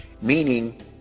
meaning